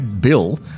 bill